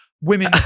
women